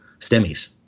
STEMIs